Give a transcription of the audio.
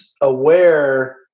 aware